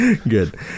Good